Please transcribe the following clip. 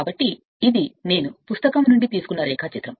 కాబట్టి ఇది నేను పుస్తకం నుండి తీసుకున్న రేఖాచిత్రం